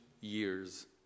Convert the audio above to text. years